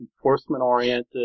enforcement-oriented